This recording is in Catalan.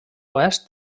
oest